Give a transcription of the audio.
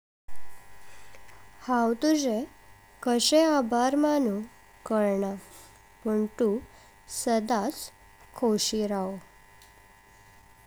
हांव तुजे कश्ये आभार मानूं कलना पण तूं सदांच खुश्शी राहो।